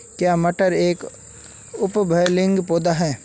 क्या मटर एक उभयलिंगी पौधा है?